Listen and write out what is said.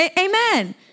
Amen